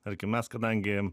tarkim mes kadangi